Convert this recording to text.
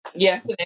yes